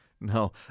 No